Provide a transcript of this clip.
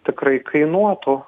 tikrai kainuotų